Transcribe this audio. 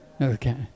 Okay